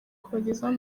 kubagezaho